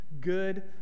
good